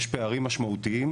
יש פערים משמעותיים,